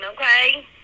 Okay